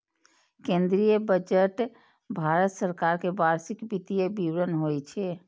केंद्रीय बजट भारत सरकार के वार्षिक वित्तीय विवरण होइ छै